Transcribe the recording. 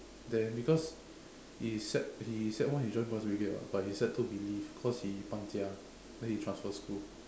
then because he sec he sec one he join boy's brigade [what] but he sec two he leaves because he 搬家 then he transfer school